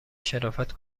شرافت